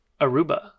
Aruba